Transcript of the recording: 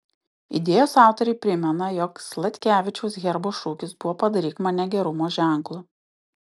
idėjos autoriai primena jog sladkevičiaus herbo šūkis buvo padaryk mane gerumo ženklu